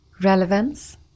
relevance